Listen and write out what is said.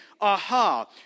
Aha